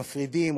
מפרידים,